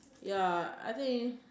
ya I think